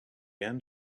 end